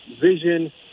vision